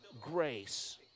grace